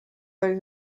sai